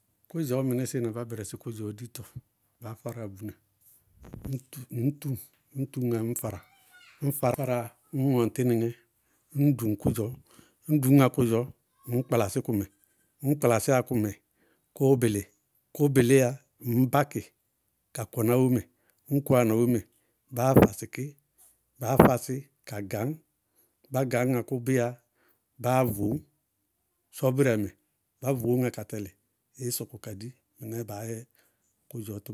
Kʋdzɔɔ, mɩnɩsɩɩ na bá bɛrɛsɩ kʋdzɔɔ dito, baá fárá abúna. Ŋñ túŋ, ñ túŋ, ñ túñŋá ññ fara, ñ faráa ññ ŋɔŋ tɩnɩŋɛ, ññ duŋ kʋdzɔɔ, ñ dʋñŋá kʋdzɔɔ, ññ kpakpasɩ kʋmɛ, ñ kpalsɩyá kʋmɛ kʋʋ bɩlɩ kʋ bɩlɩyá ŋñ bá kɩ, ka kɔná bómɛ ñ kɔwana wómɛ, báá fasɩkɩ baá fasɩ ka gañ, bá gañŋa kʋbɩyá báá voñ sɔbɩrɛmɛ, bá voñŋá ka tɛlɩ, ɩɩ sɔkɔ ka di. Mɩnɛɛ baá yɛ kʋdzɔɔ tʋmʋrɛɛ dzɛ.